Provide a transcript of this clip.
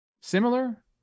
similar